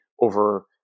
over